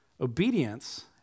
Obedience